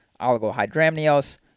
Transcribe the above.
oligohydramnios